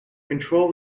control